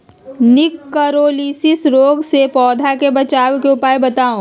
निककरोलीसिस रोग से पौधा के बचाव के उपाय बताऊ?